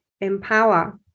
empower